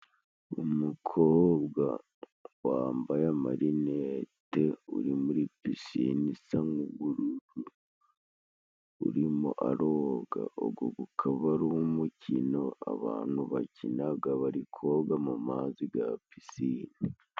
Umukobwa wambaye amarinete uri muri pisine isa nk'-ubururu urimo aroga ugo umukino abantu bakinaga bari koga mu mazi ya pisine.